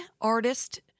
artist